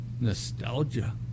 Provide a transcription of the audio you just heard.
nostalgia